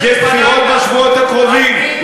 יש בחירות בשבועות הקרובים?